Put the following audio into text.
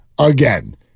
again